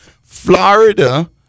Florida